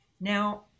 Now